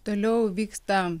toliau vyksta